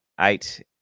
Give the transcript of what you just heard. eight